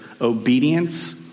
obedience